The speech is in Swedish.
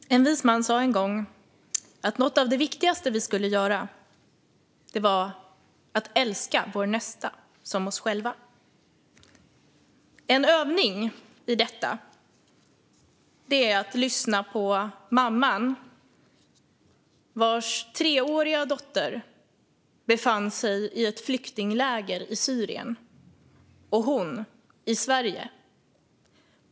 Fru talman! En vis man sa en gång att något av det viktigaste vi skulle göra var att älska vår nästa som oss själva. En övning i detta är att lyssna på mamman vars treåriga dotter befann sig i ett flyktingläger i Syrien medan hon var i Sverige.